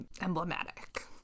emblematic